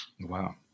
Wow